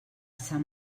sant